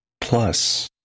Plus